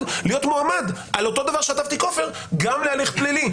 להיות מועמד על אותו דבר שחטפתי כופר גם להליך פלילי,